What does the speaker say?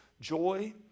joy